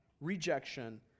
rejection